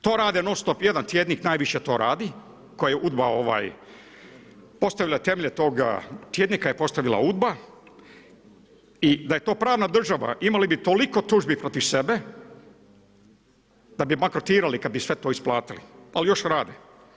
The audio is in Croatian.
To rade non-stop, jedan tjednik najviše to radi, koji je UDBA ovaj, temelje tog tjednika je postavila UDBA i da je to pravna država imali bi toliko tužbi protiv sebe, da bi bankrotirali kad bi sve to isplatili, ali još rade.